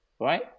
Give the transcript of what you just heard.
right